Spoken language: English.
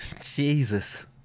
Jesus